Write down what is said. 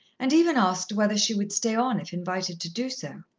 and even asked whether she would stay on if invited to do so.